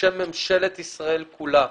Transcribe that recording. בשם ממשלת ישראל כולה,